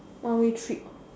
one way trip